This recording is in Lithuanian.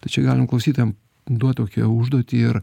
tai čia galim klausytojam duot tokią užduotį ir